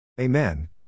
Amen